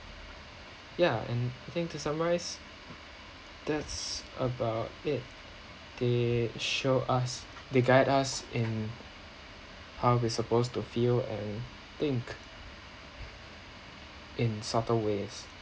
yeah and I think to summarize that's about it they show us they guide us in how we're supposed to feel and think in subtle ways